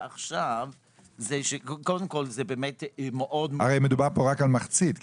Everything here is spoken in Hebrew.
הרי מדובר פה רק על מחצית.